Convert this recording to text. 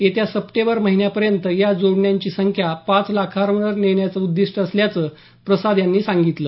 येत्या सप्टेंबर महिन्यापर्यंत या जोडण्यांची संख्या पाच लाखावर नेण्याचं उद्दीष्ट असल्याचं प्रसाद यांनी सांगितलं